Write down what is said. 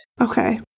Okay